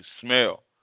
smell